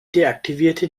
deaktivierte